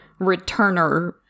returner